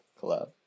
collab